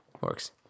Works